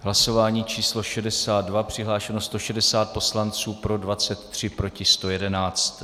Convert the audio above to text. Hlasování číslo 62, přihlášeno 160 poslanců, pro 23, proti 111.